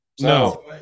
No